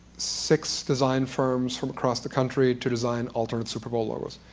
six design firms from across the country to design alternate super bowl logos.